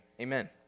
Amen